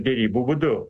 derybų būdu